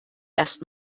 erst